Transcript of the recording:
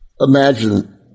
imagine